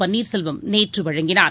பன்னீர்செல்வம் நேற்று வழங்கினார்